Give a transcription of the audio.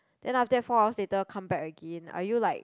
then after that four hours later come back again are you like